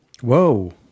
Whoa